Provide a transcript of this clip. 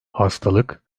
hastalık